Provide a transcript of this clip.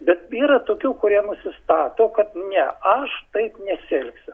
bet yra tokių kurie nusistato kad ne aš taip nesielgsiu